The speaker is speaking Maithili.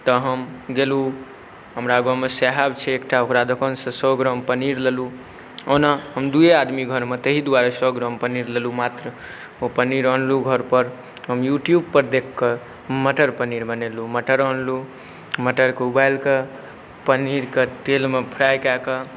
तऽ हम गेलहुँ हमरा गाममे सैहैब छै एकटा ओकरा दोकानसँ सओ ग्राम पनीर लेलहुँ ओना हम दुइए आदमी घरमे ताहि दुआरे सओ ग्राम पनीर लेलहुँ मात्र ओ पनीर आनलहुँ घरपर हम यूट्यूबपर देखिकऽ मटर पनीर बनेलहुँ मटर अनलहुँ मटरके उबालिकऽ पनीरके तेलमे फ्राइ कऽ कऽ